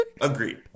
Agreed